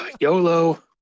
YOLO